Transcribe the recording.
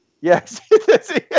Yes